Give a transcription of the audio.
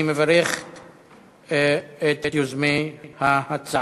אני מברך את יוזמי ההצעה.